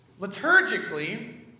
Liturgically